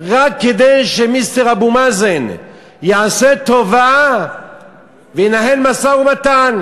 רק כדי שמיסטר אבו מאזן יעשה טובה וינהל משא-ומתן.